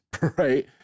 right